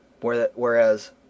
Whereas